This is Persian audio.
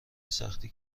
سختی